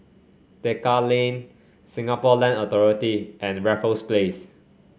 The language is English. Tekka Lane Singapore Land Authority and Raffles Place